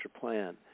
plan